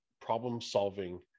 problem-solving